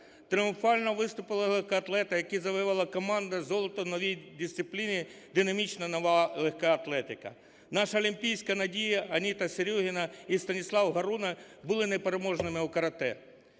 Тріумфально виступили легкоатлети, які завоювали командне золото в новій дисципліні "динамічна нова легка атлетика". Наша олімпійська надія – Аніта Серьогіна і Станіслав Горуна були непереможними у карате.